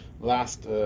last